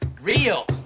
real